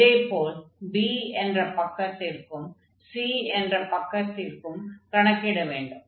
இதே போல் B என்ற பக்கத்திற்கும் மற்றும் C என்ற பக்கத்திற்கும் கணக்கிட வேண்டும்